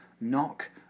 Knock